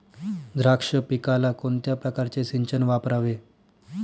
द्राक्ष पिकाला कोणत्या प्रकारचे सिंचन वापरावे?